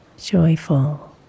Joyful